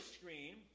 screen